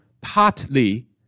partly